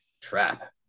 trap